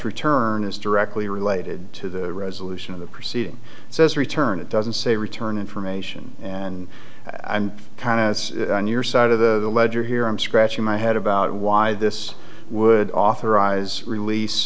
return is directly related to the resolution of the proceeding says return it doesn't say return information and i'm kind of on your side of the ledger here i'm scratching my head about why this would authorize release